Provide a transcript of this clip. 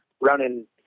running